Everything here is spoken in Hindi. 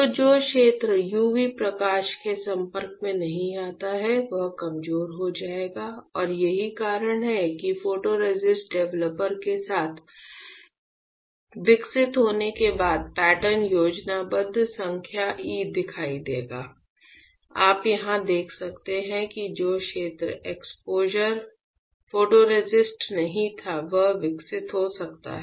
तो जो क्षेत्र UV प्रकाश के संपर्क में नहीं आता है वह कमजोर हो जाएगा और यही कारण है कि फोटोरेसिस्ट डेवलपर के साथ विकसित होने के बाद पैटर्न योजनाबद्ध संख्या e दिखाई देगा आप यहां देख सकते हैं कि जो क्षेत्र एक्सपोजर फोटोरेसिस्ट नहीं था वह विकसित हो सकता है